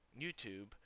YouTube